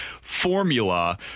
formula